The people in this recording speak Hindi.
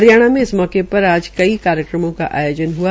हरियाणा में इस मौके पर आज कई कार्यक्रमों का आयोजन हआ